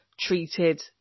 treated